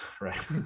right